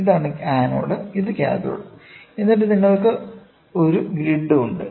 ഇതാണ് ആനോഡ് ഇത് കാഥോഡ് എന്നിട്ട് നിങ്ങൾക്ക് ഒരു ഗ്രിഡ് ഉണ്ട്